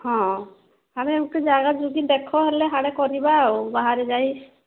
ହଁ ଆଡ଼ ଗୋଟେ ଜାଗା ଯୁଗି ଦେଖ ହେଲେ ହାଡ଼େ କରିବା ଆଉ ବାହାରେ ଯାଇ